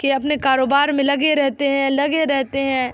کہ اپنے کاروبار میں لگے رہتے ہیں لگے رہتے ہیں